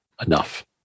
enough